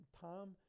Tom